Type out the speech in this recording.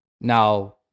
now